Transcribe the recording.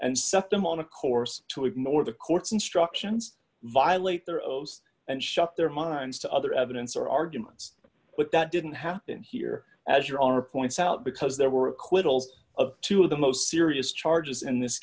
and set them on a course to ignore the court's instructions violate their oaths and shut their minds to other evidence or arguments but that didn't happen here as your are points out because there were acquittals of two of the most serious charges in this